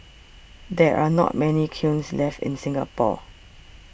there are not many kilns left in Singapore